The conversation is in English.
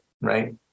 right